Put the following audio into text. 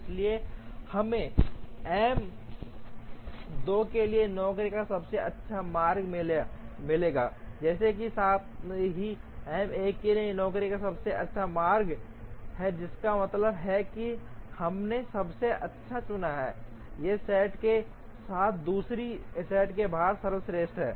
इसलिए हमें एम 2 के लिए नौकरियों का सबसे अच्छा मार्ग मिलेगा जैसा कि साथ ही एम 1 के लिए नौकरियों का सबसे अच्छा मार्ग है जिसका मतलब है कि हमने सबसे अच्छा चुना है ये सेट के साथ साथ दूसरे सेट से बाहर सर्वश्रेष्ठ हैं